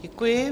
Děkuji.